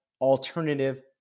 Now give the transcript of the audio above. alternative